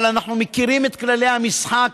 אבל אנחנו מכירים את כללי המשחק,